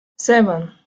seven